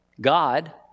God